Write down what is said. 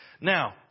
Now